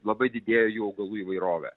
labai didėja jų augalų įvairovė